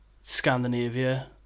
Scandinavia